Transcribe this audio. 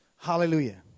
Hallelujah